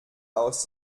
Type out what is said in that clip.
aus